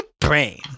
brain